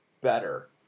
better